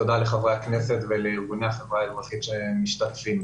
תודה לחברי הכנסת ולארגוני החברה האזרחית שמשתתפים.